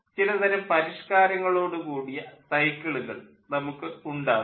ചില തരം പരിഷ്ക്കാരങ്ങളോടു കൂടിയ സൈക്കിളുകൾ നമുക്ക് ഉണ്ടാകും